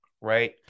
Right